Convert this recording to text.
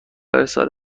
ارسال